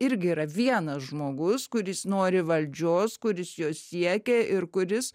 irgi yra vienas žmogus kuris nori valdžios kuris jos siekia ir kuris